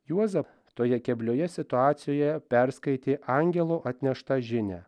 juoza toje keblioje situacijoje perskaitė angelo atneštą žinią